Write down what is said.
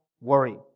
worry